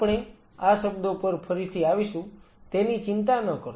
આપણે આ શબ્દો પર ફરીથી આવીશું તેની ચિંતા ન કરો